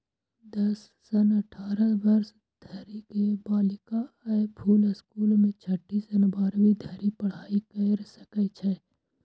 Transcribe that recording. दस सं अठारह वर्ष धरि के बालिका अय स्कूल मे छठी सं बारहवीं धरि पढ़ाइ कैर सकै छै